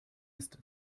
ist